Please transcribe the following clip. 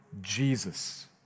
Jesus